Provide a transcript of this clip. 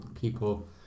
People